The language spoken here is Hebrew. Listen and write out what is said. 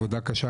עבודה קשה,